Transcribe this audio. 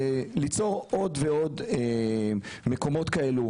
זה ליצור עוד ועוד מקומות כאלה,